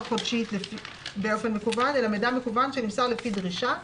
חודשית באופן מקוון אלא מידע מקוון שנמסר לפי דרישה,